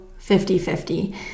50-50